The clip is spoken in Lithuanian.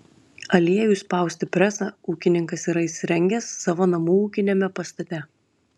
aliejui spausti presą ūkininkas yra įsirengęs savo namų ūkiniame pastate